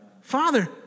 Father